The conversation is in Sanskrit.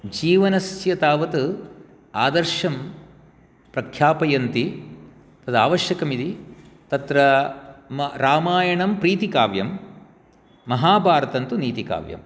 जीवनस्य तावत् आदर्शं प्रख्यापयन्ति तद् आवश्यकम् इति तत्र रामायणं प्रीतिकाव्यं महाभारतन्तु नीतिकाव्यं